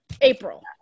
April